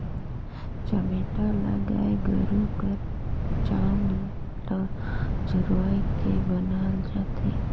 चमेटा ल गाय गरू कर चाम ल झुरवाए के बनाल जाथे